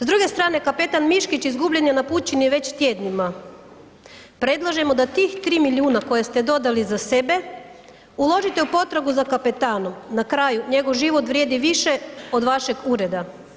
S druge strane, kapetan Miškić izgubljen je na pučini već tjednima, predlažemo da tih 3 milijuna koje ste dodali za sebe uložite u potragu za kapetanom, na kraju njegov život vrijedi više od vašeg ureda.